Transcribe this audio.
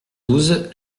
douze